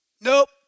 nope